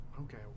Okay